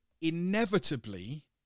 inevitably